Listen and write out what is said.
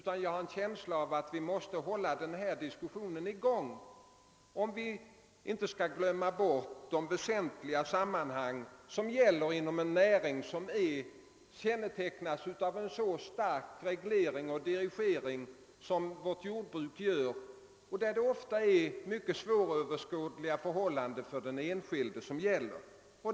Jag har snarare en känsla av att vi måste hålla denna diskussion i gång om vi inte skall glömma bort de väsentliga sammanhangen inom en näring som kännetecknas av en så stark reglering och dirigering som vårt jordbruk, där förhållandena ofta är mycket svåröverskådliga för den enskilde.